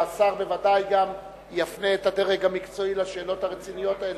והשר בוודאי גם יפנה את הדרג המקצועי לשאלות הרציניות האלה.